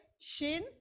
Shin